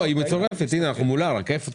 לא, היא מצורפת, הנה אנחנו מולה, רק איפה?